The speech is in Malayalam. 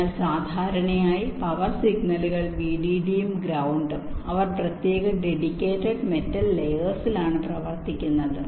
അതിനാൽ സാധാരണയായി പവർ സിഗ്നലുകൾ Vdd ഉം ഗ്രൌണ്ടും അവർ പ്രത്യേക ഡെഡിക്കേറ്റഡ് മെറ്റൽ ലയേഴ്സിലാണ് പ്രവർത്തിക്കുന്നത്